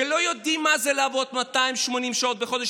שלא יודעים מה זה לעבוד 280 שעות בחודש,